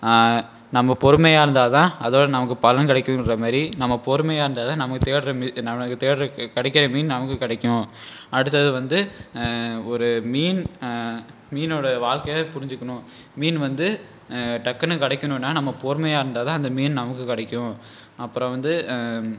நம்ப பொறுமையாக இருந்தாதான் அதோட நமக்கு பலன் கிடக்குன்ற மாரி நம்ப பொறுமையாக இருந்தாதால் நமக்கு தேடுற மீன் நமக்கு தேடுற கிடைக்கிற மீன் நமக்கு கிடைக்கும் அடுத்தது வந்து ஒரு மீன் மீனோட வாழ்க்கை புரிஞ்சிக்ணும் மீன் வந்து டக்குன்னு கிடைக்கணுனா நம்ப பொறுமையாக இருந்தாதான் அந்த மீன் நமக்கு கிடைக்கும் அப்புறோம் வந்து